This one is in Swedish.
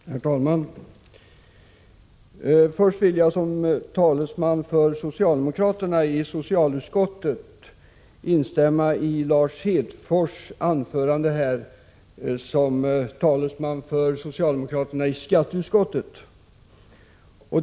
Herr talman! Först vill jag som talesman för socialdemokraterna i socialutskottet instämma i Lars Hedfors anförande i hans egenskap av företrädare för socialdemokraterna i skatteutskottet.